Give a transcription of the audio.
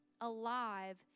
alive